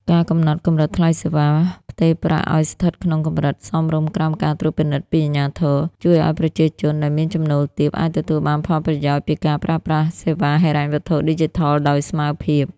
ការកំណត់កម្រិតថ្លៃសេវាផ្ទេរប្រាក់ឱ្យស្ថិតក្នុងកម្រិតសមរម្យក្រោមការត្រួតពិនិត្យពីអាជ្ញាធរ ជួយឱ្យប្រជាជនដែលមានចំណូលទាបអាចទទួលបានផលប្រយោជន៍ពីការប្រើប្រាស់សេវាហិរញ្ញវត្ថុឌីជីថលដោយស្មើភាព។